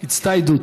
הצטיידות.